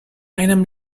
einem